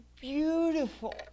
beautiful